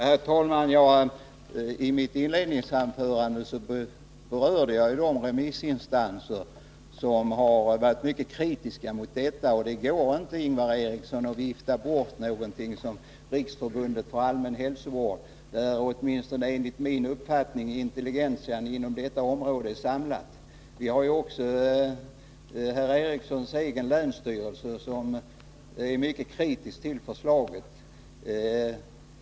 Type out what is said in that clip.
Herr talman! I mitt inledningsanförande berörde jag de remissinstanser som har varit mycket kritiska mot detta förslag. Det går inte, Ingvar Eriksson, att vifta bort vad som framförs av Riksförbundet för allmän hälsovård, där enligt min uppfattning intelligentian på detta område är samlad. Herr Erikssons egen länsstyrelse är också mycket kritisk mot förslaget.